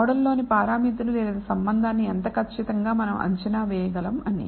model లోని పారామితులు లేదా సంబంధాన్ని ఎంత కచ్చితంగా మనం అంచనా వేయగలం అని